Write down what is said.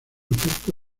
efecto